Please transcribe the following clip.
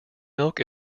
milk